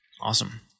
Awesome